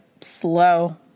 slow